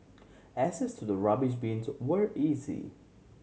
access to the rubbish bins were easy